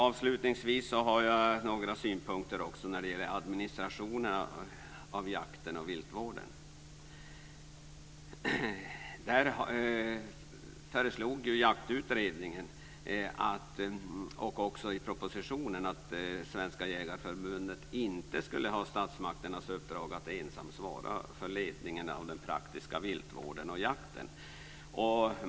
Avslutningsvis har jag också några synpunkter på administrationen av jakten och viltvården. I jaktutredningen och också i propositionen föreslogs att Svenska Jägareförbundet inte skulle ha statsmakternas uppdrag att ensamt svara för ledningen av den praktiska viltvården och jakten.